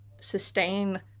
sustain